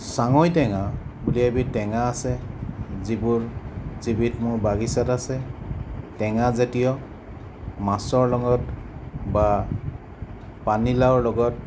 ছাঙৈ টেঙা বুলি এবিধ টেঙা আছে যিবোৰ যিবিধ মোৰ বাগিচাত আছে টেঙা জাতীয় মাছৰ লগত বা পানীলাওৰ লগত